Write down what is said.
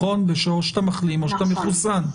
או שאתה מחלים או שאתה מחוסן.